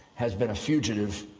has been a fugitive,